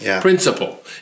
principle